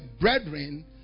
brethren